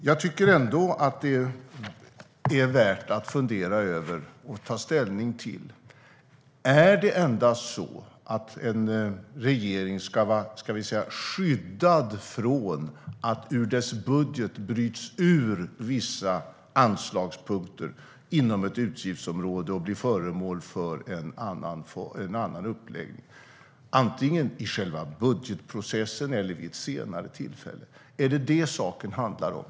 Jag tycker ändå att det är värt att fundera över och ta ställning till detta: Är det endast så att en regering ska vara skyddad mot att det ur dess budget bryts ut vissa anslagspunkter inom ett utgiftsområde och att de blir föremål för en annan uppläggning, antingen i själva budgetprocessen eller vid ett senare tillfälle? Är det detta saken handlar om?